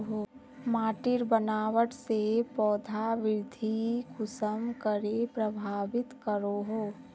माटिर बनावट से पौधा वृद्धि कुसम करे प्रभावित करो हो?